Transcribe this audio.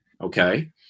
okay